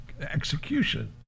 execution